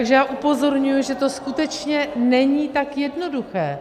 Takže já upozorňuji, že to skutečně není tak jednoduché.